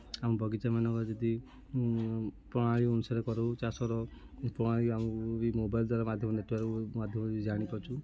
ଆମ ବଗିଚା ମାନଙ୍କରେ ଯଦି ପ୍ରଣାଳୀ ଅନୁସାରରେ କରୁ ଚାଷର ପ୍ରଣାଳୀ ଆଉ ବି ମୋବାଇଲ୍ ଦ୍ୱାରା ମାଧ୍ୟମ ନେଟ୍ୱାର୍କ ମାଧ୍ୟମରେ ବି ଜାଣି ପାରୁଛୁ